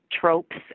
tropes